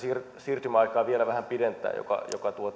siirtymäaikaa vielä vähän pidentää mikä